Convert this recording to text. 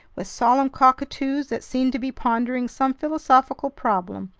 with solemn cockatoos that seemed to be pondering some philosophical problem,